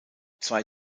zwei